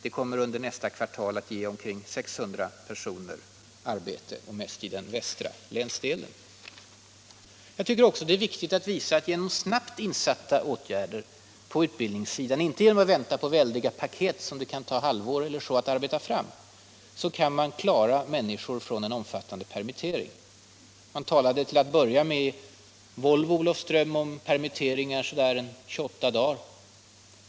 Det kommer under nästa kvartal att ge omkring 600 personer arbete, mest i den västra delen. Jag tycker också att det är viktigt att visa att man genom snabbt insatta åtgärder på utbildningssidan, i stället för att vänta på väldiga paket som det kan ta halvår eller mer att arbeta fram, kan förskona människor från omfattande permitteringar. Till att börja med talades det om permitteringar i Volvo i Olofström under ungefär 28 dagar.